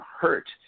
hurt